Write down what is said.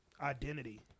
identity